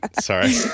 Sorry